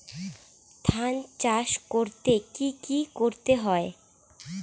ধান চাষ করতে কি কি করতে হয়?